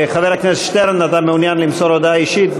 חבר הכנסת שטרן, אתה מעוניין למסור הודעה אישית?